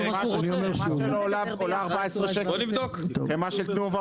בוא נבדוק את זה.